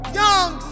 young